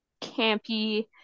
campy